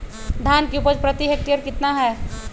धान की उपज प्रति हेक्टेयर कितना है?